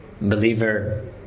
believer